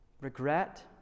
regret